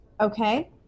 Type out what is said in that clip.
Okay